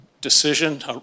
decision